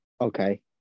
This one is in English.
Okay